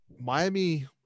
Miami –